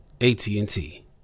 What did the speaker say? AT&T